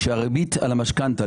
כשהריבית על המשכנתה,